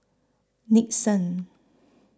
Nixon